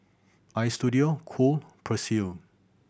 Istudio Cool Persil